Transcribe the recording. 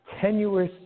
tenuous